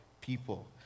people